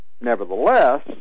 nevertheless